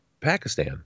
Pakistan